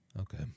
Okay